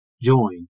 join